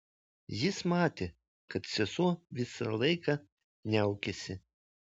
jis matė kad sesuo visą laiką niaukėsi